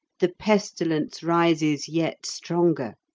the pestilence rises yet stronger.